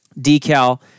decal